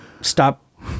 stop